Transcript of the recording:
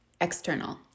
external